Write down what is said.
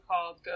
called